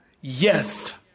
yes